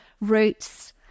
roots